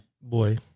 Boy